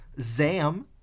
Zam